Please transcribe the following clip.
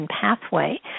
pathway